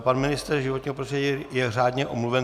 Pan ministr životního prostředí je řádně omluven.